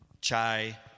Chai